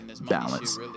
Balance